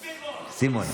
סימון.